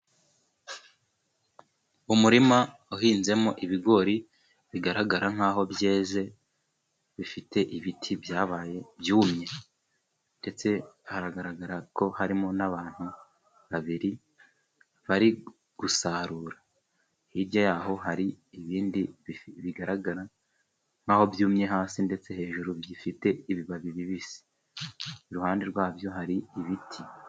Umurima uhinzemo ibigori bigaragara nk'aho byeze. Bifite ibiti byabaye byumye. Ndetse haragaragara ko harimo n'abantu babiri bari gusarura, hirya yaho hari ibindi bigaragara nk'aho byumye hasi, ndetse hejuru bifite ibibabi bibisi. Iruhande rwabyo hari ibiti.